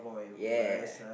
ya